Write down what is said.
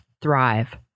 Thrive